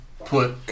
Put